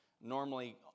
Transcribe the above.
normally